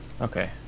Okay